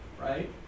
right